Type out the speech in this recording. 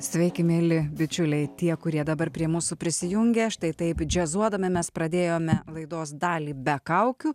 sveiki mieli bičiuliai tie kurie dabar prie mūsų prisijungia štai taip džiazuodami mes pradėjome laidos dalį be kaukių